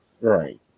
Right